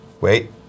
Wait